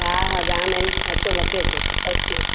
हा हा जाम आहिनि अचो मथे अचो